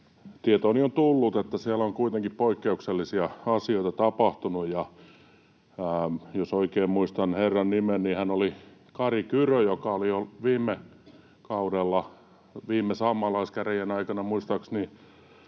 tietooni on tullut, että siellä on poikkeuksellisia asioita tapahtunut. Jos oikein muistan herran nimen, niin hän oli Kari Kyrö, ja hän oli muistaakseni